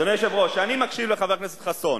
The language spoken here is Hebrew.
אדוני היושב-ראש, כשאני מקשיב לחבר הכנסת חסון,